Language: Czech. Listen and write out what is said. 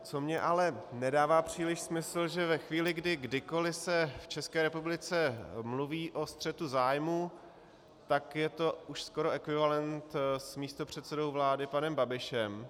Co mi ale nedává příliš smysl, že ve chvíli, kdy kdykoli se v České republice mluví o střetu zájmů, tak je to skoro už ekvivalent s místopředsedou vlády panem Babišem.